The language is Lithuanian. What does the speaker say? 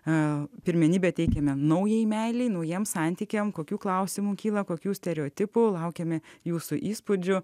a pirmenybę teikiame naujai meilei naujiems santykiams kokių klausimų kyla kokių stereotipų laukiame jūsų įspūdžių